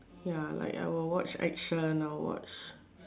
ya like I will watch action I will watch